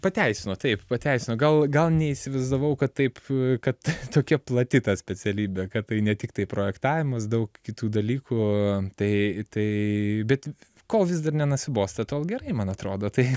pateisino taip pateisino gal gal neįsivaizdavau kad taip kad tokia plati ta specialybę kad tai ne tiktai projektavimas daug kitų dalykų tai tai bet kol vis dar nenusibosta tol gerai man atrodo tai